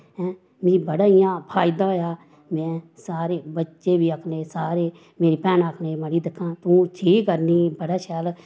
हैं मिगी बड़ा इयां फायदा होआ में सारे बच्चे बी अपने सारे मेरी भैनां आक्खन लगियां दिक्खां मड़ाी दिक्खां तूं ठीक करनी बड़ा शैल